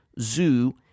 zoo